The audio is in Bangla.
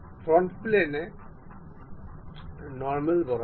ফ্রন্ট প্লেনে অভিলম্ব বরাবর